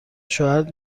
شوهرت